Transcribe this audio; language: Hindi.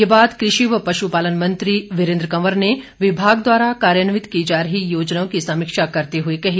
ये बात कृषि व पश्पालन मंत्री वीरेन्द्र कंवर ने विभाग द्वारा कार्यान्वित की जा रही योजनाओं की समीक्षा करते हुए कही